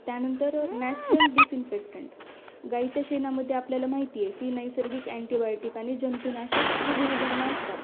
त्यानंतर natural disinfectant गाईच्या शेणामध्ये आपल्याला माहिती आहे की नैसर्गिक अँटीबायोटिक आणि जंतूनाशक हे गुणधर्म असतात